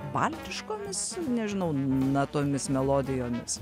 baltiškomis nežinau natomis melodijomis